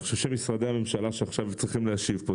אני חושב שמשרדי הממשלה שעכשיו צריכים להשיב פה,